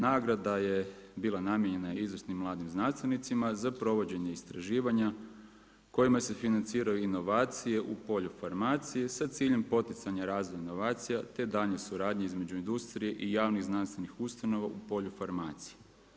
Nagrada je bila namijenjena izvrsnim mladim znanstvenicima za provođenje istraživanja kojima se financiraju inovacije u polju farmacije sa ciljem poticanja razvoja inovacija, te daljnje suradnje između industrije i javnih znanstvenih ustanova u polju farmacije.